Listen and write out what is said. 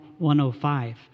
105